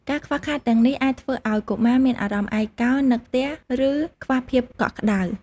ការខ្វះខាតទាំងនេះ អាចធ្វើឱ្យកុមារមានអារម្មណ៍ឯកោ នឹកផ្ទះ ឬខ្វះភាពកក់ក្ដៅ។